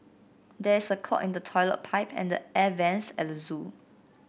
there is a clog in the toilet pipe and the air vents at the zoo